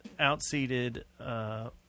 outseated